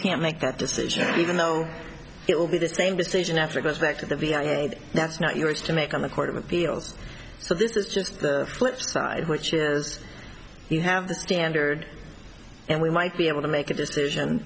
can't make that decision even though it will be the same decision after goes back to the v a that's not yours to make on the court of appeals so this is just the flip side which is you have the standard and we might be able to make a decision